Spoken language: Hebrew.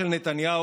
אזרחי מדינת ישראל,